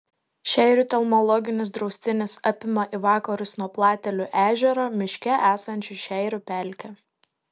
šeirių telmologinis draustinis apima į vakarus nuo platelių ežero miške esančią šeirių pelkę